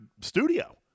studio